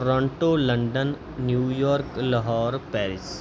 Toronto London New York Lahore Paris